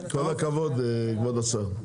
כל הכבוד כבוד השר.